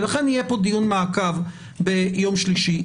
לכן יהיה פה דיון מעקב ביום שלישי.